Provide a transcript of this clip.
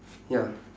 ya